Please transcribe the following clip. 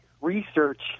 research